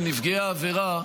לנפגעי העבירה,